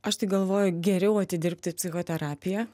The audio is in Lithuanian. aš tai galvoju geriau atidirbti psichoterapiją